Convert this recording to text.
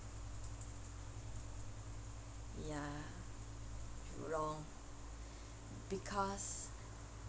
ya jurong because